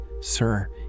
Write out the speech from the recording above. sir